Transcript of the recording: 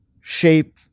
shape